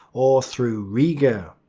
or through riga.